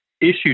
issued